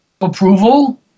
approval